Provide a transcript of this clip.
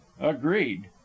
Agreed